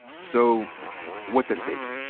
so what's at stake?